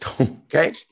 Okay